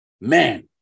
Man